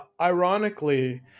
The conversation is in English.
ironically